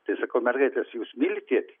tai sakau mergaitės jūs mylit tėtį